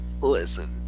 Listen